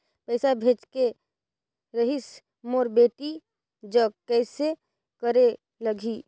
पइसा भेजेक रहिस मोर बेटी जग कइसे करेके लगही?